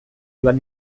joan